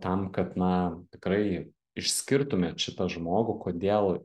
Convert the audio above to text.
tam kad na tikrai išskirtumėt šitą žmogų kodėl